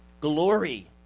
glory